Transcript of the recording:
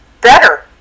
better